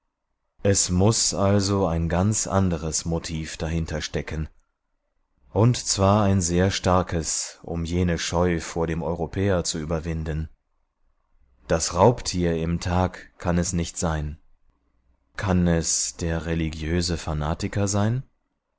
es muß also ein ganz anderes motiv dahinter stecken und zwar ein sehr starkes um jene scheu vor dem europäer zu überwinden das raubtier im thag kann es nicht sein kann es der religiöse fanatiker sein